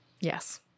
Yes